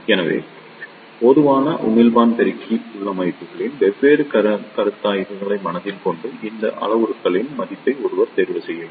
எனவே பொதுவான உமிழ்ப்பான் பெருக்கி உள்ளமைவுகளின் வெவ்வேறு கருத்தாய்வுகளை மனதில் கொண்டு இந்த அளவுருக்களின் மதிப்பை ஒருவர் தேர்வு செய்ய வேண்டும்